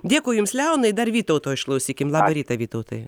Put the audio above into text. dėkui jums liaunai dar vytauto išklausykim labą rytą vytautai